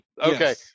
Okay